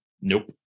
Nope